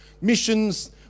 Missions